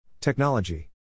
Technology